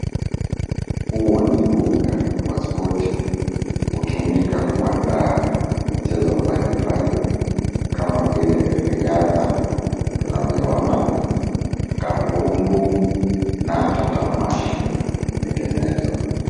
Huu ni uga wa spoti, hutumiwa kuandaa michezo mbalimbali kama vile riadha tunavyoona, kambumbu na hata tamasha na mengineyo.